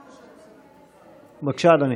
בבקשה, אדוני.